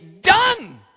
done